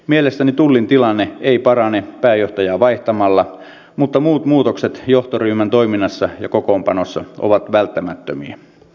mielestäni tullin tilanne ei parane pääjohtajaa vaihtamalla mutta muut muutokset johtoryhmän toiminnassa ja kokoonpanossa ovat välttämättömiä